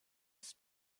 ist